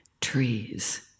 trees